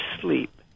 sleep